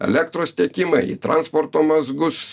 elektros tiekimą į transporto mazgus